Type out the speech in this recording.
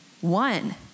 one